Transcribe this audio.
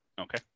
okay